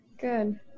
good